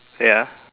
ya